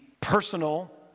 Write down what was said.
personal